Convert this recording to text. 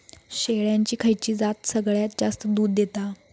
शेळ्यांची खयची जात सगळ्यात जास्त दूध देता?